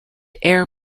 air